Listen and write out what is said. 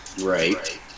Right